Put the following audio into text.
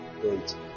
Great